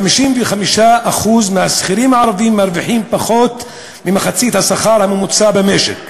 כ-55% מהשכירים הערבים מרוויחים פחות ממחצית השכר הממוצע במשק.